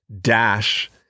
dash